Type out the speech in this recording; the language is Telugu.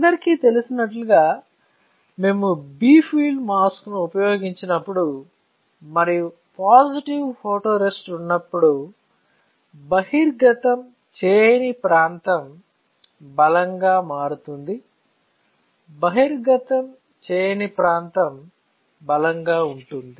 అందరికీ తెలిసినట్లుగా మేము బి ఫీల్డ్ మాస్క్ను ఉపయోగించినప్పుడు మరియు పాజిటివ్ ఫోటోరేసిస్ట్ ఉన్నప్పుడు బహిర్గతం చేయని ప్రాంతం బలంగా మారుతుంది బహిర్గతం చేయని ప్రాంతం బలంగా ఉంటుంది